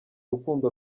rukundo